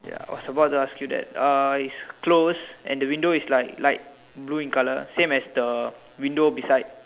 ya was about to ask you that it's closed and the window is like light blue colour same as the window beside